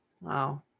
Wow